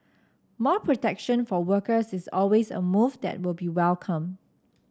more protection for workers is always a move that will be welcomed